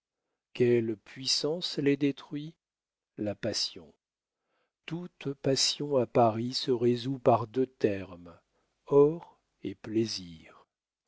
quelle puissance les détruit la passion toute passion à paris se résout par deux termes or et plaisir